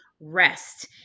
rest